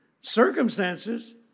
Circumstances